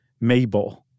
Mabel